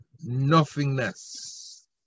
nothingness